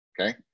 okay